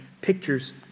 pictures